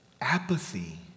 Apathy